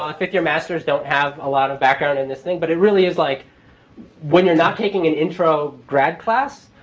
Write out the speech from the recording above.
um fifth-year masters don't have a lot of background in this thing. but it really is like when you're not taking an intro grad class,